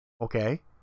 Okay